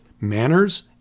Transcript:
Manners